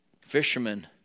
fishermen